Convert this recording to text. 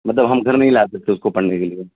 مطلب ہم گھر نہیں لا سکتے اس کوپڑھنے کے لیے